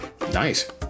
Nice